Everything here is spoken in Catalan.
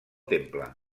temple